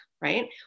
right